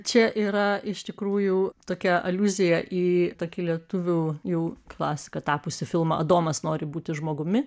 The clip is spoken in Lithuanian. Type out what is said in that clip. čia yra iš tikrųjų tokia aliuzija į tokį lietuvių jau klasika tapusį filmą adomas nori būti žmogumi